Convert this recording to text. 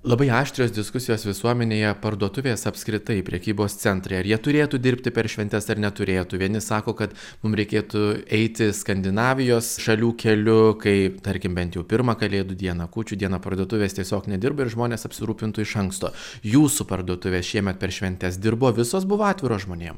labai aštrios diskusijos visuomenėje parduotuvės apskritai prekybos centrai ar jie turėtų dirbti per šventes ar neturėtų vieni sako kad mum reikėtų eiti skandinavijos šalių keliu kaip tarkim bent jau pirmą kalėdų dieną kūčių dieną parduotuvės tiesiog nedirba ir žmonės apsirūpintų iš anksto jūsų parduotuvės šiemet per šventes dirbo visos buvo atviros žmonėm